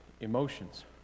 emotions